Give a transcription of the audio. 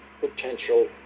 potential